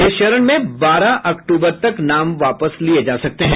इस चरण में बारह अक्टूबर तक नाम वापस लिये जा सकते हैं